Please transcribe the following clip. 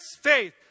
faith